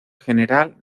general